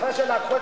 אחרי שלקחו,